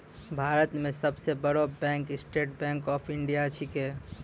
भारतो मे सब सं बड़ो bank State Bank of India छिकै